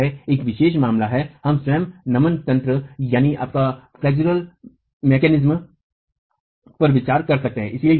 तो यह एक विशेष मामला है हम स्वयं नमन तंत्र पर विचार कर सकते हैं